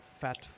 fat